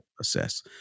assess